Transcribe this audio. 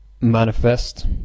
manifest